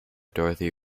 dorothy